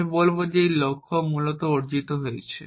আমরা বলব যে একটি লক্ষ্য মূলত অর্জিত হয়েছে